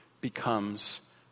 becomes